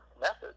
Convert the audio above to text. methods